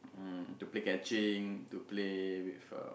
um to play catching to play with uh